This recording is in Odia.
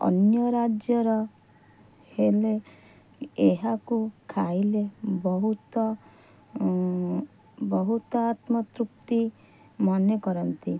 ଅନ୍ୟ ରାଜ୍ୟର ହେଲେ ଏହାକୁ ଖାଇଲେ ବହୁତ ବହୁତ ଆତ୍ମତୃପ୍ତି ମନେ କରନ୍ତି